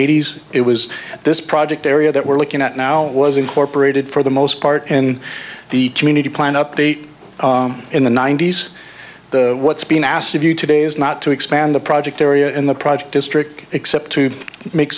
eighty s it was this project area that we're looking at now it was incorporated for the most part in the community plan update in the ninety's the what's being asked of you today is not to expand the project area in the project district except to make